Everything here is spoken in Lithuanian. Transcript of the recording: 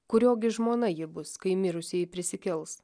kurio gi žmona ji bus kai mirusieji prisikels